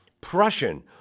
Prussian